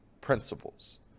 principles